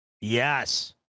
Yes